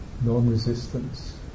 non-resistance